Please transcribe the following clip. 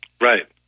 Right